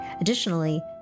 Additionally